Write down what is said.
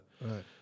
right